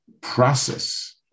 process